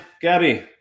Gabby